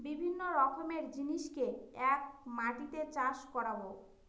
বিভিন্ন রকমের জিনিসকে এক মাটিতে চাষ করাবো